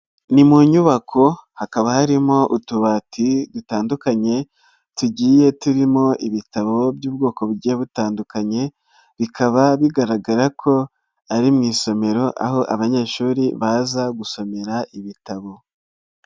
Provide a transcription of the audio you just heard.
Ni mu nyubako hakaba harimo utubati dutandukanye tugiye turimo ibitabo by'ubwoko bugiye butandukanye, bikaba bigaragara ko ari mu isomero aho abanyeshuri baza gusomera ibitabo.